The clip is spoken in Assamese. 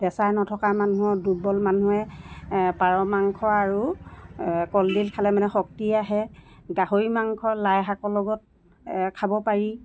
প্ৰেছাৰ নথকা মানুহৰ দুৰ্বল মানুহে পাৰ মাংস আৰু কলদিল খালে মানে শক্তি আহে গাহৰি মাংস লাইশাকৰ লগত খাব পাৰি